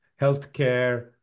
healthcare